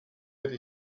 hätte